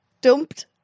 dumped